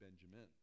Benjamin